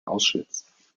auschwitz